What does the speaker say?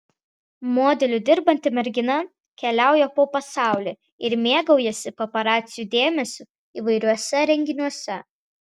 modeliu dirbanti mergina keliauja po pasaulį ir mėgaujasi paparacių dėmesiu įvairiuose renginiuose